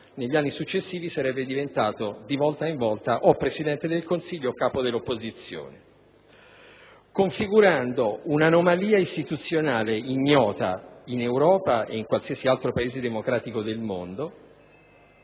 negli anni successivi sarebbe diventato di volta in volta Presidente del Consiglio o capo dell'opposizione. Si è così configurata un'anomalia istituzionale, ignota in Europa ed in qualsiasi altro Paese democratico del mondo,